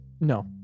no